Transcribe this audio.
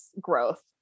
growth